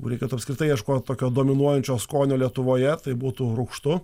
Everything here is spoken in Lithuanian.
reikėtų apskritai ieškot tokio dominuojančio skonio lietuvoje tai būtų rūgštu